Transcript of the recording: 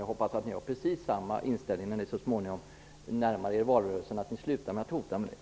Jag hoppas att ni har samma inställning när ni så småningom närmar er valrörelsen, nämligen att ni slutar att hota med det.